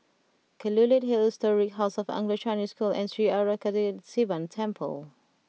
Kelulut Hill Historic House of Anglo Chinese School and Sri Arasakesari Sivan Temple